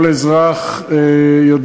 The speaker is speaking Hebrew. כל אזרח יודע